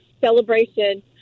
celebration